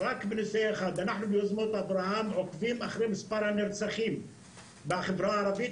אנחנו ביוזמות אברהם עוקבים אחר מספר הנרצחים בחברה הערבית,